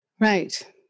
Right